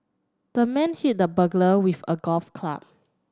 the man hit the burglar with a golf club